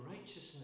righteousness